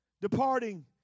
departing